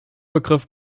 begriff